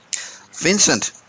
Vincent